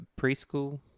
preschool